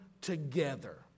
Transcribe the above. together